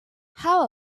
how